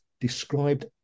described